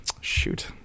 Shoot